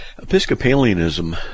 Episcopalianism